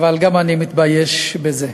אבל גם אני מתבייש בזה.